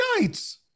nights